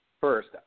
First